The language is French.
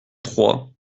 trois